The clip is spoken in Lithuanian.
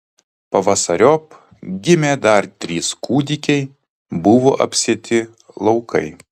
pavasariop gimė dar trys kūdikiai buvo apsėti laukai